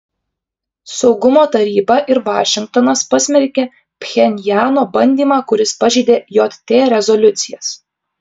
saugumo taryba ir vašingtonas pasmerkė pchenjano bandymą kuris pažeidė jt rezoliucijas